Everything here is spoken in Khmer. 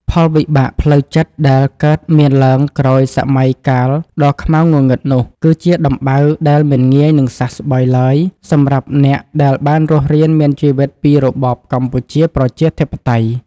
ផលវិបាកផ្លូវចិត្តដែលកើតមានឡើងក្រោយសម័យកាលដ៏ខ្មៅងងឹតនោះ គឺជាដំបៅដែលមិនងាយនឹងសះស្បើយឡើយសម្រាប់អ្នកដែលបានរស់រានមានជីវិតពីរបបកម្ពុជាប្រជាធិបតេយ្យ។